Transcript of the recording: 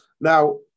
Now